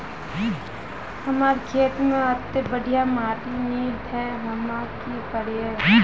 हमर खेत में अत्ते बढ़िया माटी ने है ते हम की करिए?